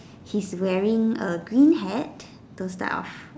he's wearing a green hat those type of